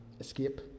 escape